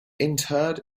interred